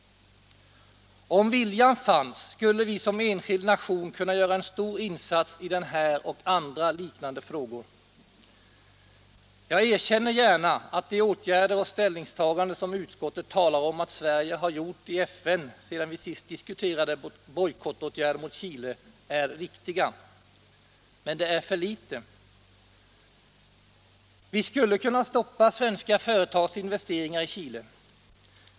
Om vilja fanns skulle vi som enskild nation kunna göra en stor insats i den här och andra liknande frågor. Jag erkänner gärna att de åtgärder och ställningstaganden som utskottet talar om att Sverige har gjort i FN sedan vi senast diskuterade bojkottåtgärder mot Chile är riktiga. Men det är för litet! Vi skulle kunna stoppa svenska företags investeringar i Chile.